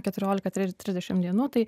keturiolika trisdešimt dienų tai